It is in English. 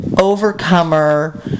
overcomer